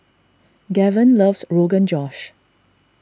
Gaven loves Rogan Josh